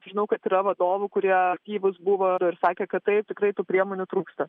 žinau kad yra vadovų kurie aktyvūs buvo ir sakė kad taip tikrai tų priemonių trūksta